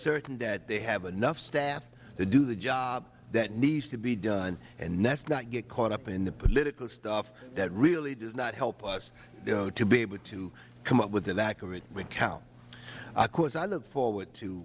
certain that they have enough staff to do the job that needs to be done and let's not get caught up in the political stuff that really does not help us to be able to come up with an accurate count of course i look forward to